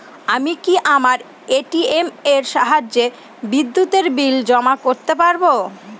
আমি কি আমার এ.টি.এম এর সাহায্যে বিদ্যুতের বিল জমা করতে পারব?